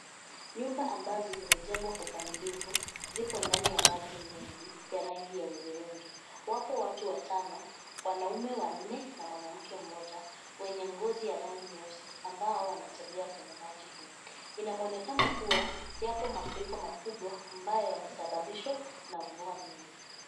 Nyumba ambazo zimejengwa kwa ukamilifu zipo ndani ya maji mengi ya rangi ya hudhurugi. Wapo watu watano, wanaume wanne na mwanamke mmoja wenye ngozi ya rangi nyeusi ambao wanatembea kwenye maji hii. Ina mwonekano kuwa yapo mafuriko makubwa ambayo yamesababishwa na mvua mingi.